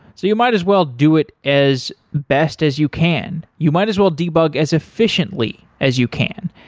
you might as well do it as best as you can. you might as well debug as efficiently as you can.